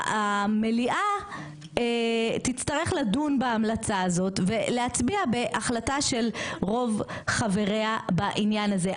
המליאה תצטרך לדון בהמלצה הזאת ולהצביע בהחלטה של רוב חבריה בעניין הזה,